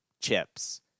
chips